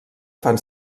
fan